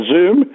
Zoom